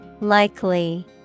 Likely